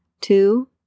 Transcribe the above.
Two